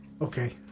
Okay